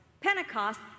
Pentecost